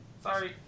Sorry